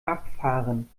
abfahren